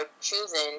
choosing